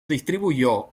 distribuyó